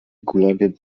kulawiec